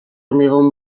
hormigón